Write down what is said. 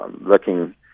looking